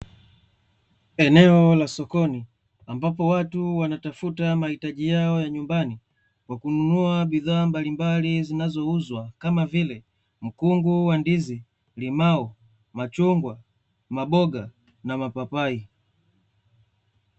Eneo la sokoni, ambapo watu wanatafuta mahitaji yao ya nyumbani, kwa kununua bidhaa mbalimbali zinazouzwa kama vile; mkungu wa ndizi, limao, machungwa, maboga ana mapapai.